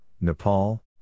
Nepal